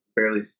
Barely